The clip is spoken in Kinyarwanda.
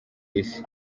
isi